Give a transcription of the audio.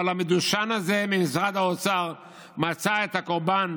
אבל המדושן הזה ממשרד האוצר מצא את הקורבן,